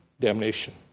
damnation